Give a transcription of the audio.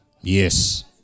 Yes